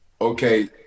okay